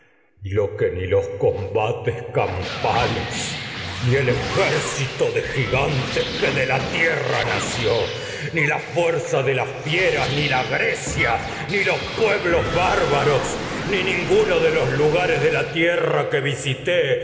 lo que ni los combates campa les ni el ejército ni la de gigantes fieras que de la tierra nació ni los fuerza de las ni los la grecia pueblos bárbaros visité en ni mi ninguno labor de lugares de la tierra que